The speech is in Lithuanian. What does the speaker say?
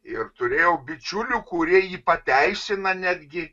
ir turėjau bičiulių kurie jį pateisina netgi